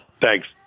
Thanks